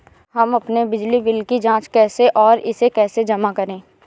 हम अपने बिजली बिल की जाँच कैसे और इसे कैसे जमा करें?